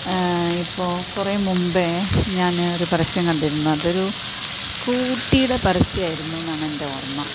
ആ ഇപ്പോൾ കുറെ മുൻപ് ഞാൻ ഒരു പരസ്യം കണ്ടിരുന്നു അതൊരു സ്കൂട്ടീടെ പരസ്യയിരുന്നുന്നാണ് എൻറ്റെ ഓർമ്മ